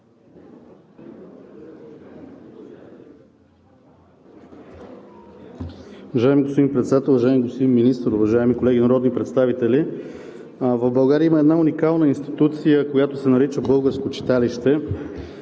Уважаеми господин Председател, уважаеми господин Министър, уважаеми колеги народни представители! В България има една уникална институция, която се нарича българско читалище.